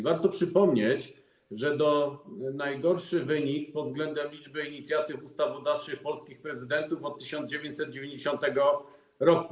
Warto przypomnieć, że to najgorszy wynik pod względem liczby inicjatyw ustawodawczych polskich prezydentów od 1990 r.